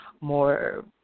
more